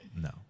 No